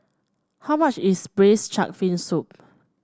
how much is braise shark fin soup